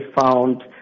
found